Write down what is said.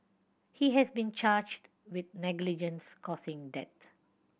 he has been charged with negligence causing death